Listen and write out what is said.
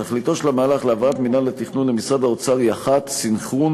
תכליתו של המהלך להעברת מינהל התכנון למשרד האוצר היא אחת: סנכרון